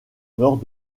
nord